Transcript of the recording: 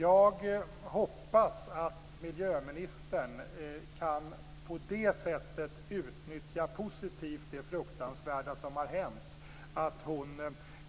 Jag hoppas att miljöministern positivt kan utnyttja det fruktansvärda som har hänt på det